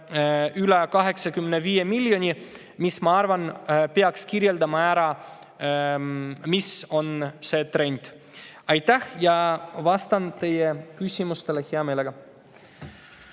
üle 85 miljoni, mis, ma arvan, peaks kirjeldama ära, milline on trend. Aitäh! Vastan teie küsimustele hea meelega.